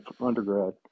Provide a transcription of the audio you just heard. undergrad